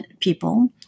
people